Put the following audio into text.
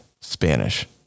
Spanish